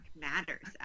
matters